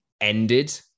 Ended